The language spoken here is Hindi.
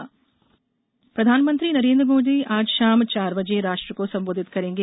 मोदी संबोधन प्रधानमंत्री नरेंद्र मोदी आज शाम चार बजे राष्ट्र को संबोधित करेंगे